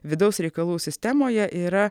vidaus reikalų sistemoje yra